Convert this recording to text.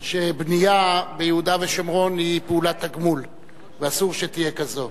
שבנייה ביהודה ושומרון היא פעולת תגמול ואסור שתהיה כזאת.